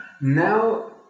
now